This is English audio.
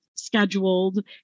scheduled